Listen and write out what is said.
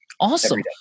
Awesome